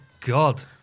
god